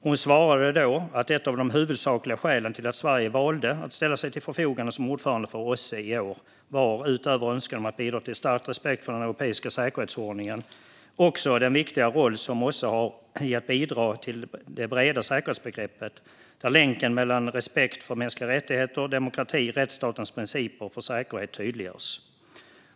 Hon svarade då att ett av de huvudsakliga skälen till att Sverige valde att ställa sig till förfogande som ordförande för OSSE i år - utöver önskan om att bidra till stärkt respekt för den europeiska säkerhetsordningen - var den viktiga roll som OSSE har i att bidra till det breda säkerhetsbegreppet, där länken mellan respekt för mänskliga rättigheter, demokrati och rättsstatens principer för säkerhet tydliggörs.